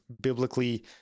biblically